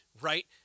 right